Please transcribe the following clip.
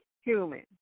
human